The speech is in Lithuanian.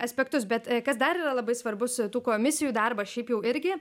aspektus bet kas dar yra labai svarbus tų komisijų darbas šiaip jau irgi